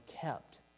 kept